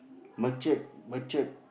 matured matured